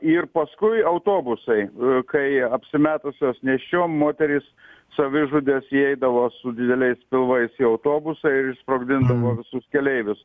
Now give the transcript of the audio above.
ir paskui autobusai kai apsimetusios nėščiom moterys savižudės įeidavo su dideliais pilvais į autobusą ir išsprogdinda visus keleivius